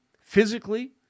physically